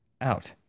Out